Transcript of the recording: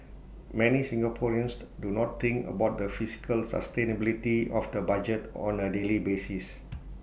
many Singaporeans do not think about the fiscal sustainability of the budget on A daily basis